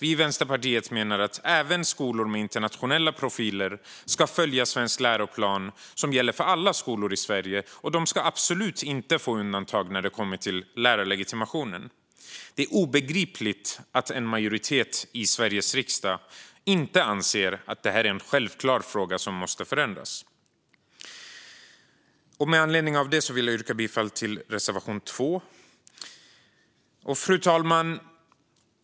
Vi i Vänsterpartiet menar att även skolor med internationella profiler ska följa den svenska läroplanen, som gäller för alla skolor i Sverige, och att de absolut inte ska få undantag när det kommer till lärarlegitimationen. Det är obegripligt att en majoritet i Sveriges riksdag inte anser att detta självklart är någonting som måste förändras. Med anledning av det vill jag yrka bifall till reservation 2. Fru talman!